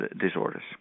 disorders